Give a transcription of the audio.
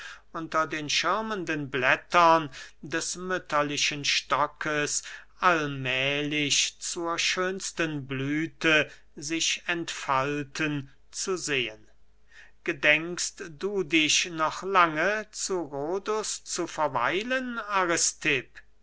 unter den schirmenden blättern des mütterlichen stockes allmählich zur schönsten blüthe sich entfalten zu sehen gedenkst du dich noch lange zu rhodus zu verweilen